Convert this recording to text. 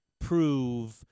prove